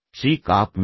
ಶ್ರೀ ಕಾಪ್ mayor Mr